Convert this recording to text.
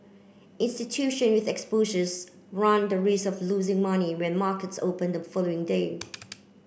institution with exposures run the risk of losing money when markets open the following day